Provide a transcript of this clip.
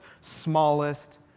smallest